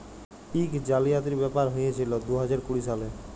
ইক জালিয়াতির ব্যাপার হঁইয়েছিল দু হাজার কুড়ি সালে